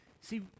See